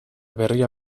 berria